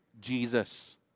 Jesus